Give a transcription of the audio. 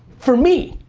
for me,